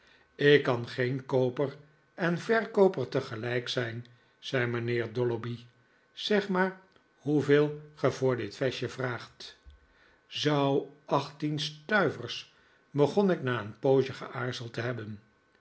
ik kan geen kooper en verkooper tegelijk zijn zei mijnheer dolloby zeg maar hoeveel ge voor dit vestje vraagt zou achttien stuivers begon ik na een poosje geaarzeld te hebben